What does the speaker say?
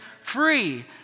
free